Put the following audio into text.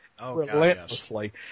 relentlessly